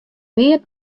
pear